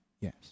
Yes